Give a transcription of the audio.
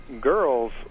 girls